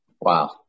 Wow